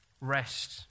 rest